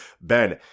Ben